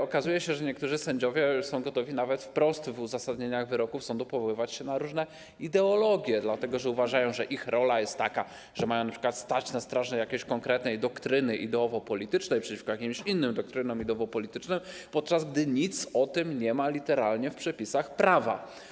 Okazuje się, że niektórzy sędziowie są gotowi nawet wprost w uzasadnieniach wyroków sądu powoływać się na różne ideologie, dlatego że uważają, że ich rola jest taka, że mają np. stać na straży jakiejś konkretnej doktryny ideowo-politycznej przeciwko jakimś innym doktrynom ideowo-politycznym, podczas gdy nic o tym nie ma literalnie w przepisach prawa.